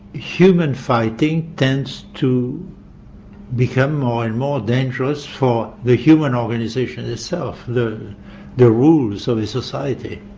human fighting tends to become more and more dangerous for the human organisation itself, the the rules of a society.